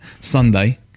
Sunday